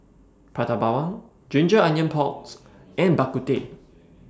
Prata Bawang Ginger Onions Pork and Bak Kut Teh